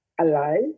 alive